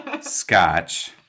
Scotch